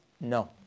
no